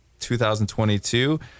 2022